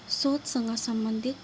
शोधसँग सम्बन्धित